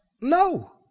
No